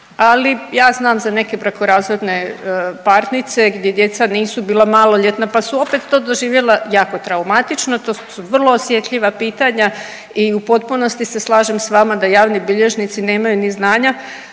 ali ja znam za neke brakorazvodne parnice gdje djeca nisu bila maloljetna pa su opet to doživjela jako traumatično, to su vrlo osjetljiva pitanja i u potpunosti se slažem s vama da javni bilježnici nemaju ni znanja